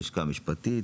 ללשכת המשפטית,